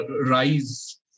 rise